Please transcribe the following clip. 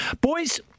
Boys